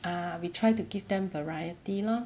ah we try to give them variety lor